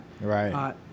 Right